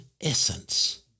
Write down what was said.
essence